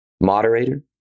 moderator